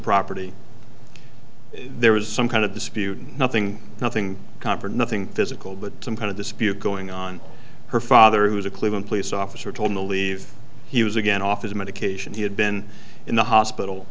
property there was some kind of dispute nothing nothing confort nothing physical but some kind of dispute going on her father who is a cleveland police officer told to leave he was again off his medication he had been in the hospital